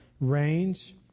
range